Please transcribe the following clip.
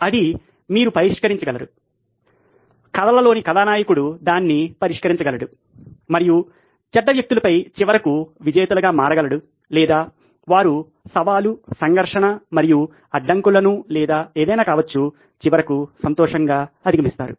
అది మీరు పరిష్కరించగలరు కథలలోని కథానాయకుడు దాన్ని పరిష్కరించగలడు మరియు చెడ్డ వ్యక్తులపై చివరికి విజేతలుగా మారగలడు లేదా వారు సవాలు సంఘర్షణ మరియు అడ్డంకులను లేదా ఏదైనా కావచ్చు చివరికి సంతోషంగా అధిగమిస్తారు